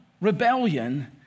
rebellion